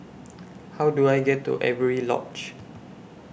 How Do I get to Avery Lodge